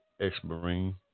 ex-Marine